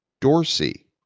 Dorsey